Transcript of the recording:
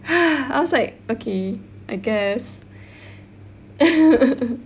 I was like okay I guess